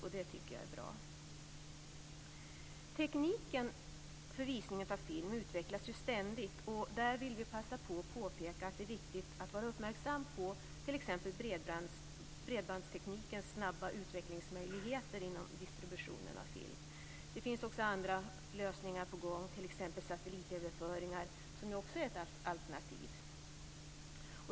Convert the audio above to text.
Det tycker jag är bra. Tekniken för visning av film utvecklas ständigt, och vi vill passa på att påpeka att det är viktigt att vara uppmärksam på t.ex. den snabba utvecklingen av bredbandstekniken när det gäller distribution av film. Det finns också andra lösningar på gång, t.ex. satellitöverföringar, som också är ett alternativ.